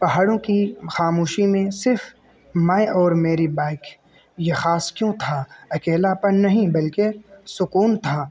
پہاڑوں کی خاموشی میں صرف میں اور میری بائک یہ خاص کیوں تھا اکیلا پن نہیں بلکہ سکون تھا